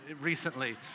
recently